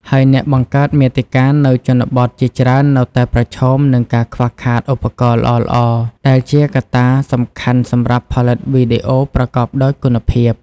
ហើយអ្នកបង្កើតមាតិកានៅជនបទជាច្រើននៅតែប្រឈមនឹង ការខ្វះខាតឧបករណ៍ល្អៗ ដែលជាកត្តាសំខាន់សម្រាប់ផលិតវីដេអូប្រកបដោយគុណភាព។